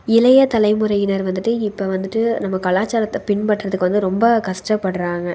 இளைய தலைமுறையினர் வந்துவிட்டு இப்போ வந்துவிட்டு நம்ம கலாச்சாரத்தை பின்பற்றதுக்கு வந்து ரொம்ப கஷ்டப்படுறாங்க